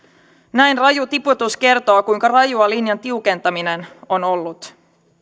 näin raju tiputus kertoo kuinka rajua linjan tiukentaminen on ollut